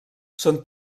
són